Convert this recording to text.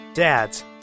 Dads